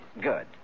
Good